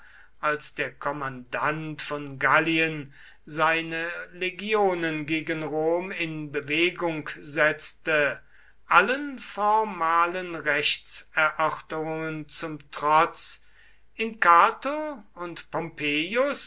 als der kommandant von gallien seine legionen gegen rom in bewegung setzte allen formalen rechtserörterungen zum trotz in cato und pompeius